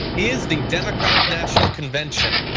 is the democratic national convention.